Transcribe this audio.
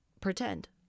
pretend